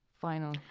final